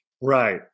Right